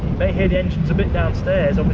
may hear the engines a bit downstairs, i mean